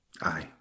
Aye